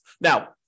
Now